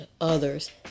others